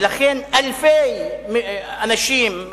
ולכן אלפי אנשים,